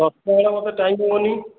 ଦଶଟା ବେଳେ ମୋତେ ଟାଇମ୍ ହେବନି